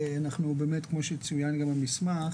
אנחנו באמת כמו שצוין גם במסמך,